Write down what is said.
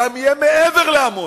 מה יהיה מעבר לעמונה.